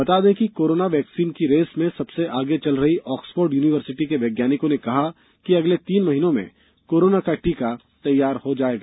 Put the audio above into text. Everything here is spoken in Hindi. बता दें कि कोरोना वैक्सीन की रेस में सबसे आगे चल रही ऑक्सफोर्ड यूनिवर्सिटी के वैज्ञानिकों ने कहा है कि अगले तीन महीनों में कोरोना का टीका तैयार हो जाएगा